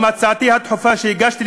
גם הצעתי הדחופה שהגשתי,